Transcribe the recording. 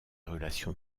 relations